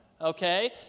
okay